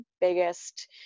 biggest